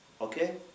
okay